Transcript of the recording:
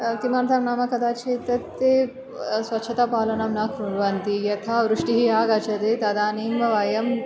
किमर्थं नाम कदाचित् ते स्वच्छतापालनं न कुर्वन्ति यथा वृष्टिः आगच्छति तदानीं वयं